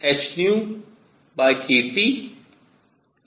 ठीक है